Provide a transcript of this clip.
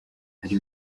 hari